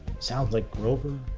sounds like grover.